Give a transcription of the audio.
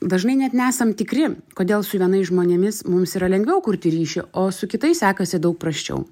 dažnai net nesam tikri kodėl su vienais žmonėmis mums yra lengviau kurti ryšį o su kitais sekasi daug prasčiau